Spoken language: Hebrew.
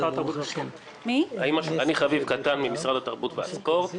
אני חביב קטן, ממשרד התרבות והספורט.